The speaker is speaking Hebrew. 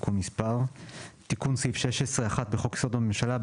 תיקון סעיף 16 1. בחוק־יסוד: הממשלה‏,